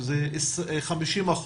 שזה 50%,